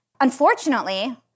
Unfortunately